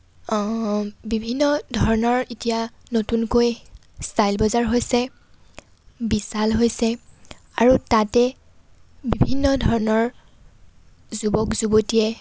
অ বিভিন্ন ধৰণৰ ইতিহাস নতুনকৈ ষ্টাইল বজাৰ হৈছে বিশাল হৈছে আৰু তাতে বিভিন্ন ধৰণৰ যুৱক যুৱতীয়ে